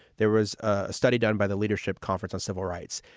there was a study done by the leadership conference on civil rights.